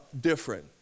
different